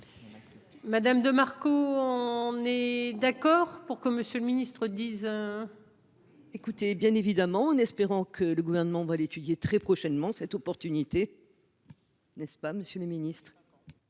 Madame de Marco, on est d'accord pour que Monsieur le Ministre, dise, hein. Oui. écoutez bien évidemment en espérant que le gouvernement va l'étudier très prochainement cette opportunité n'est-ce pas Monsieur le ministre.